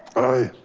aye.